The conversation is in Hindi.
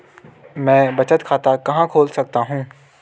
मैं बचत खाता कहां खोल सकता हूँ?